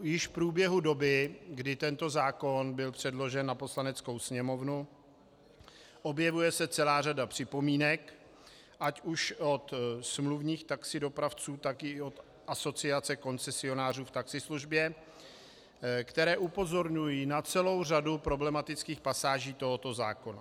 Již v průběhu doby, kdy tento zákon byl předložen na Poslaneckou sněmovnu, objevuje se celá řada připomínek, ať už od smluvních taxi dopravců, tak i od Asociace koncesionářů v taxislužbě, které upozorňují na celou řadu problematických pasáží tohoto zákona.